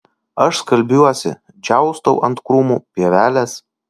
aš skalbiuosi džiaustau ant krūmų pievelės